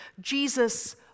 Jesus